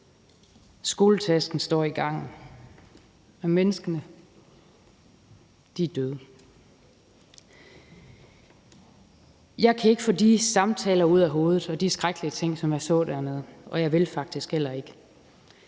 Skoletasken står i gangen. Menneskene er døde. Jeg kan ikke få de samtaler og de skrækkelige ting, som jeg så dernede, ud af hovedet, og jeg vil faktisk heller ikke.